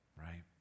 right